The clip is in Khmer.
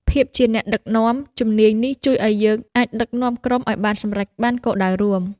ភាពជាអ្នកដឹកនាំ ជំនាញនេះជួយឲ្យយើងអាចដឹកនាំក្រុមឲ្យសម្រេចបានគោលដៅរួម។